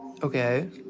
Okay